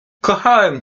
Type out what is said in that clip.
kochałem